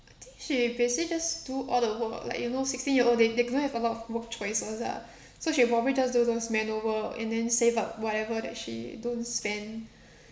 I think she basically just do all the work like you know sixteen year old they they don't have a lot of work choices ah so she probably just do those manual work and then save up whatever that she don't spend